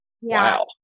Wow